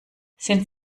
sind